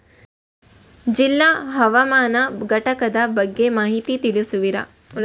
ಜಿಲ್ಲಾ ಹವಾಮಾನ ಘಟಕದ ಬಗ್ಗೆ ಮಾಹಿತಿ ತಿಳಿಸುವಿರಾ?